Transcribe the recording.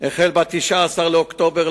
החל ב-19 באוקטובר,